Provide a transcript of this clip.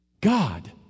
God